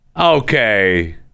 okay